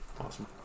Awesome